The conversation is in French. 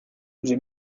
j’ai